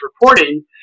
reporting